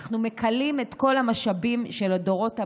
אנחנו מכלים את כל המשאבים של הדורות הבאים.